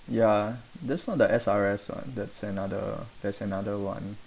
ya that's not the S_R_S one that's another there's another one